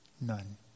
None